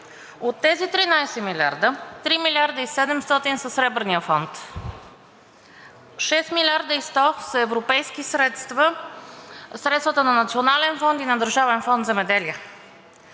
от тези 13 милиарда 3 млрд. и 700 са Сребърният фонд; 6 млрд. и 100 са европейски средства – средствата на Националния фонд и на Държавен фонд „Земеделие“;